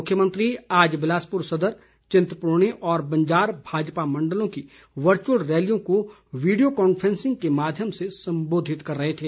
मुख्यमंत्री आज बिलासपुर सदर चिंतपूर्णी और बंजार भाजपा मंडलों की वर्चुअल रैलियों को वीडियो कॉन्फ्रेंसिंग के माध्यम से संबोधित कर रहे थे